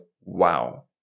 wow